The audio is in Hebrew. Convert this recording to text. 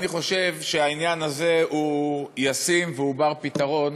אני חושב שהעניין הזה הוא ישים ובר-פתרון,